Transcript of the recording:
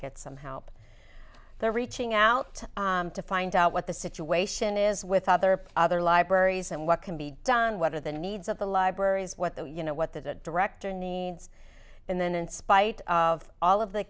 get some help they're reaching out to find out what the situation is with other other libraries and what can be done what are the needs of the libraries what the you know what the director needs and then in spite of all of the